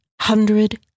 hundred